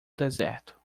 deserto